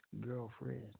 girlfriend